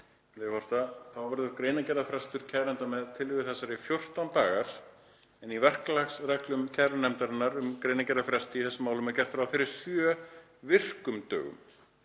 forseta: „Þá verður greinargerðarfrestur kæranda með tillögu þessari 14 dagar en í verklagsreglum kærunefndarinnar um greinargerðarfresti í þessum málum er gert ráð fyrir sjö virkum dögum.